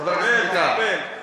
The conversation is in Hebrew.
כיוון שהוא פנה אלי אני רוצה לדבר אתך.